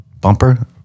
bumper